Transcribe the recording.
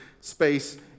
space